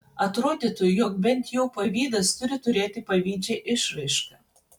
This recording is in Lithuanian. atrodytų jog bent jau pavydas turi turėti pavydžią išraišką